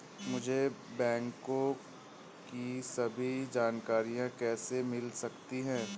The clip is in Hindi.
मुझे बैंकों की सभी जानकारियाँ कैसे मिल सकती हैं?